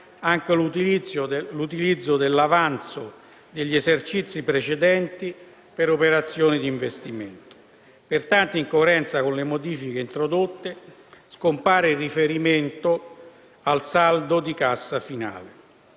anche l'utilizzo dell'avanzo degli esercizi precedenti per operazioni di investimento. Pertanto, in coerenza con le modifiche introdotte, scompare il riferimento al saldo di cassa finale.